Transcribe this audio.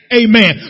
amen